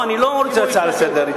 יצחק, אני לא רוצה הצעה לסדר.